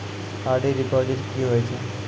RD deposit की होय छै?